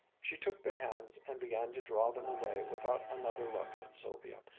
she took their hands and began to draw them away without another look at sylvia,